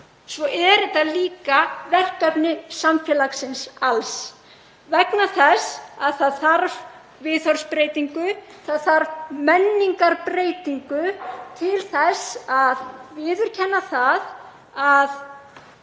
svo er þetta líka verkefni samfélagsins alls vegna þess að það þarf viðhorfsbreytingu, það þarf menningarbreytingu til þess að viðurkenna það að